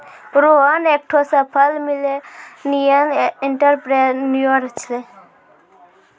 रोहन एकठो सफल millennial entrepreneur छै